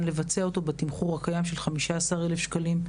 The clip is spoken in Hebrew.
לבצע אותו בתמחור הקיים של כ-15,000 שקלים,